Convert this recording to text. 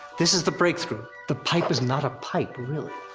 this is the breakthrough. the pipe is not a pipe really.